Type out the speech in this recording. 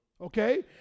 okay